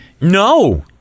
No